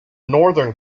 northern